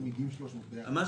אני מציע,